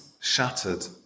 shattered